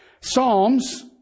Psalms